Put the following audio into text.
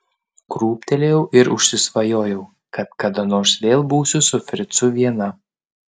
krūptelėjau ir užsisvajojau kad kada nors vėl būsiu su fricu viena